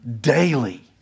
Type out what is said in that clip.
daily